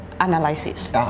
analysis